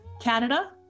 Canada